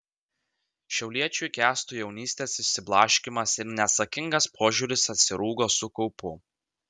šiauliečiui kęstui jaunystės išsiblaškymas ir neatsakingas požiūris atsirūgo su kaupu